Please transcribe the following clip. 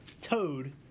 Toad